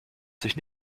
sich